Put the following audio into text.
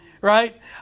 right